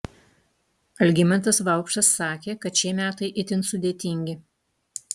algimantas vaupšas sakė kad šie metai itin sudėtingi